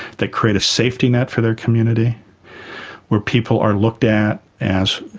they create a safety net for their community where people are looked at as,